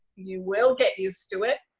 you will get used to it.